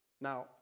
Now